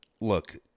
Look